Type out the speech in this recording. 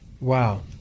Wow